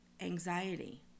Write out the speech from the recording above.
anxiety